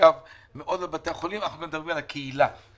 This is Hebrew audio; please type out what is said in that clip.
בבתי החולים על הקהילה.